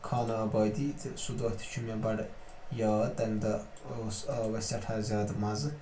خانہٕ آبٲدی تہٕ سُہ دۄہ تہِ چھُ مےٚ بَڑٕ یاد تَمہِ دۄہ اوس آو اَسہِ سٮ۪ٹھاہ زیادٕ مَزٕ